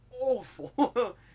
awful